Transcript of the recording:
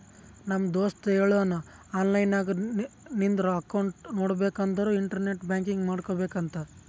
ನಮ್ ದೋಸ್ತ ಹೇಳುನ್ ಆನ್ಲೈನ್ ನಾಗ್ ನಿಂದ್ ಅಕೌಂಟ್ ನೋಡ್ಬೇಕ ಅಂದುರ್ ಇಂಟರ್ನೆಟ್ ಬ್ಯಾಂಕಿಂಗ್ ಮಾಡ್ಕೋಬೇಕ ಅಂತ್